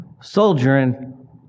Soldiering